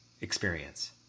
experience